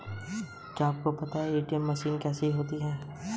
RTGS का क्या मतलब होता है?